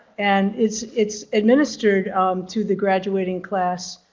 and it's it's administered to the graduating class